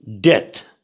death